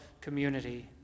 community